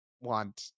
want